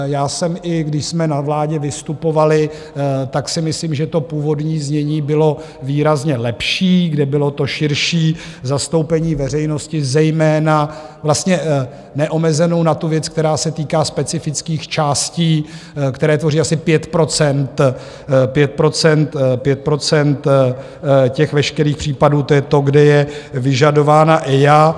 Já jsem i, když jsme na vládě vystupovali, tak si myslím, že to původní znění bylo výrazně lepší, kde bylo to širší zastoupení veřejnosti, zejména vlastně neomezenou na tu věc, která se týká specifických částí, které tvoří asi 5 % veškerých případů, to je to, kde je vyžadována EIA.